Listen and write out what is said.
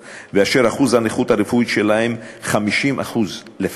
ואשר אחוז הנכות הרפואית שלהם 50% לפחות,